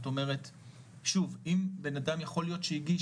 אם אדם הגיש,